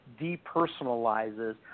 depersonalizes